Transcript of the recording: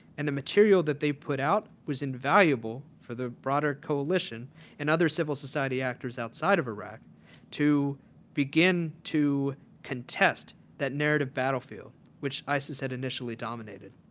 and the material that they put out was invaluable for the broader coalition and other civil society actors outside of iraq to begin to contest that narrative battlefield which isis had initially dominated.